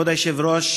כבוד היושב-ראש,